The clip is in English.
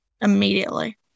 immediately